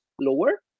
lower